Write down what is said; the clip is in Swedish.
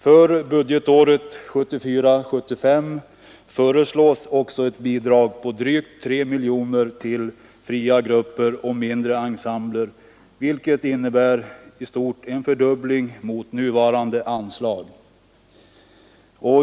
För budgetåret 1974/75 föreslås också ett bidrag med drygt 3 miljoner kronor till fria grupper och mindre ensembler, vilket innebär i stort sett en fördubbling mot nuvarande anslag.